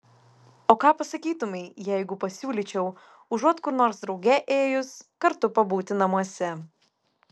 o ką pasakytumei jeigu pasiūlyčiau užuot kur nors drauge ėjus kartu pabūti namuose